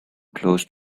close